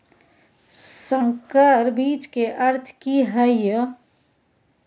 संकर बीज के अर्थ की हैय?